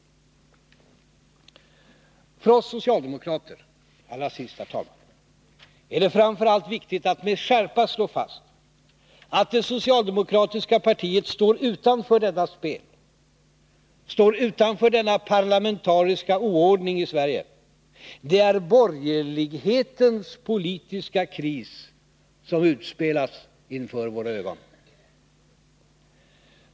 Allra sist, herr talman: För oss socialdemokrater är det framför allt viktigt att med skärpa slå fast att det socialdemokratiska partiet står utanför detta spel, står utanför denna parlamentariska oordning i Sverige. Det är borgerlighetens politiska kris som utspelas inför våra ögon.